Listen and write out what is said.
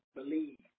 believe